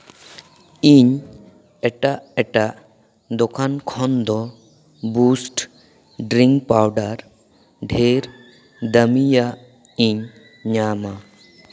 ᱤᱧ ᱮᱴᱟᱜ ᱮᱴᱟᱜ ᱫᱚᱠᱟᱱ ᱠᱷᱚᱱ ᱫᱚ ᱵᱩᱥᱴ ᱰᱨᱤᱝᱠ ᱯᱟᱣᱰᱟᱨ ᱰᱷᱮᱨ ᱫᱟᱹᱢᱤᱭᱟᱜ ᱤᱧ ᱧᱟᱢᱟ